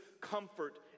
comfort